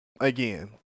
Again